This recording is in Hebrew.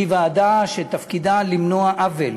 היא ועדה שתפקידה למנוע עוול